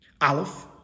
Aleph